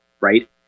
right